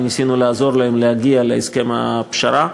וניסינו לעזור להם להגיע להסכם הפשרה.